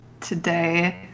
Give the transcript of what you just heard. today